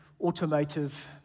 automotive